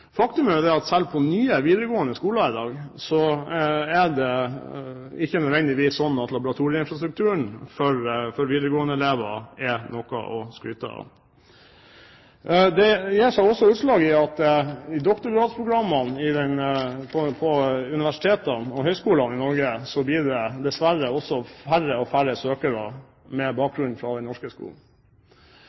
er jo at selv på nye videregående skoler i dag er det ikke nødvendigvis slik at laboratorieinfrastrukturen for elevene er noe å skryte av. Dette gir seg også utslag i at det til doktorgradsprogrammene på universitetene og høyskolene i Norge dessverre blir færre og færre søkere med bakgrunn fra den norske skolen.